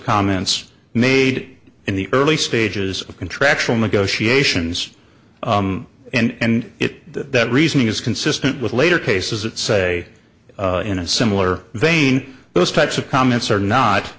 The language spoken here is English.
comments made in the early stages of contractual negotiations and if that reasoning is consistent with later cases that say in a similar vein those types of comments are not